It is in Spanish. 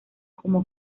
como